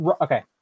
Okay